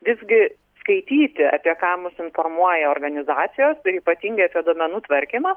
visgi skaityti apie ką mus informuoja organizacijos ir ypatingai apie duomenų tvarkymą